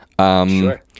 Sure